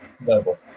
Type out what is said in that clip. level